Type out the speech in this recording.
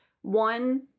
One